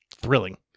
Thrilling